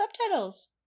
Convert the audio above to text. subtitles